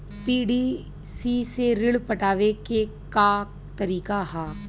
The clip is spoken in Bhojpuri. पी.डी.सी से ऋण पटावे के का तरीका ह?